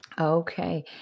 okay